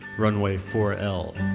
runway four l.